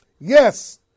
Yes